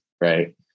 Right